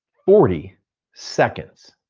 forty seconds.